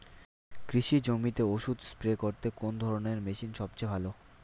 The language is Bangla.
কৃষি জমিতে ওষুধ স্প্রে করতে কোন ধরণের মেশিন সবচেয়ে ভালো?